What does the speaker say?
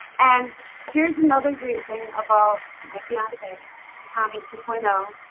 and here's another great thing about my fiance tommy two point um